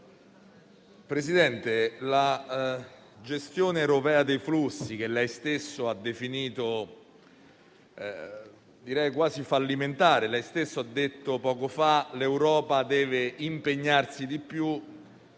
Presidente, la gestione Europea dei flussi, che lei stesso ha definito direi quasi fallimentare, dicendo poco fa che l'Europa deve impegnarsi di più,